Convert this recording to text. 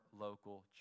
local